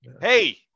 Hey